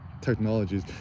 technologies